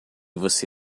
você